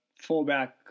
fullback